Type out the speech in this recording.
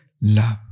Love